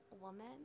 woman